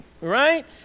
right